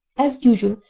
as usual,